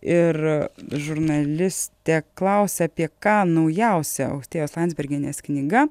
ir žurnalistė klausia apie ką naujausia austėjos landsbergienės knyga